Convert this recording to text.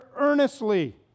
earnestly